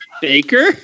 baker